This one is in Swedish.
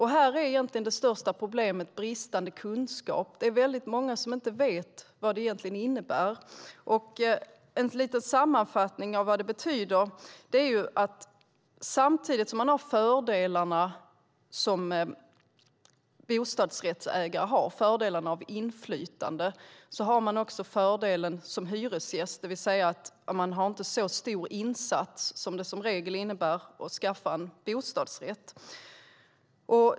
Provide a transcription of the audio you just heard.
Här är egentligen det största problemet bristande kunskap. Det är väldigt många som inte vet vad det egentligen innebär. En liten sammanfattning av vad det betyder är att samtidigt som man har den fördel som bostadsrättsägare har när det gäller inflytande har man också den fördel som hyresgästerna har, det vill säga att man har inte så stor insats som det som regel är när man skaffar en bostadsrätt.